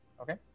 Okay